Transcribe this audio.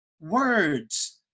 words